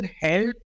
help